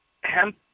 Hemp